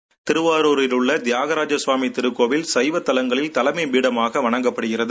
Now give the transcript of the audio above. seconds திருவாரூரில் உள்ள தியாகராஜர் சுவாமி திருக்கோவில் சைவத் தலங்களில் தலைமை பீடமாக வணங்கப்படுகிறது